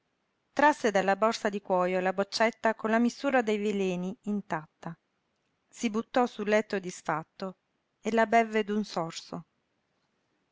trasse dalla borsa di cuojo la boccetta con la mistura dei veleni intatta si buttò sul letto disfatto e la bevve d'un sorso